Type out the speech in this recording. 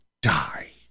die